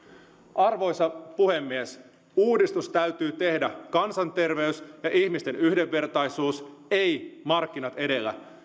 arvoisa puhemies uudistus täytyy tehdä kansanterveys ja ihmisten yhdenvertaisuus edellä ei markkinat edellä